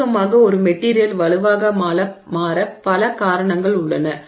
சுருக்கமாக ஒரு மெட்டீரியல் வலுவாக மாற பல காரணங்கள் உள்ளன